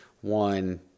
One